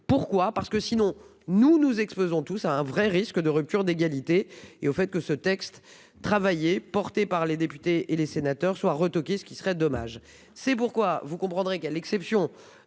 Pourquoi, parce que sinon nous nous exposons tout ça un vrai risque de rupture d'égalité et au fait que ce texte travailler portée par les députés et les sénateurs soit retoqué ce qui serait dommage. C'est pourquoi vous comprendrez qu'à l'exception